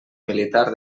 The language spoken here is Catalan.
militar